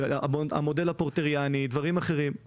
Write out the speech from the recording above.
במודל הפורטריאני ובדברים אחרים,